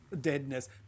deadness